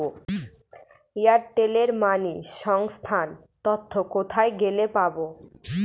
Airtel money সংক্রান্ত তথ্য কোথায় গেলে পাব?